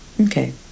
Okay